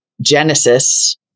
Genesis